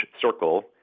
circle